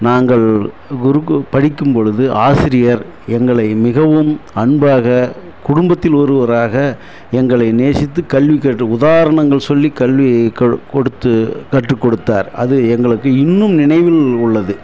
நாங்கள் படிக்கும் பொழுது ஆசிரியர் எங்களை மிகவும் அன்பாக குடும்பத்தில் ஒருவராக எங்களை நேசித்து கல்விக்கற்று உதாரணங்கள் சொல்லி கல்வி கொடுத்து கற்றுக்குடுத்தார் அது எங்களுக்கு இன்னும் நினைவில் உள்ளது